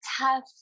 Tough